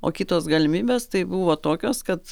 o kitos galimybės tai buvo tokios kad